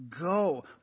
go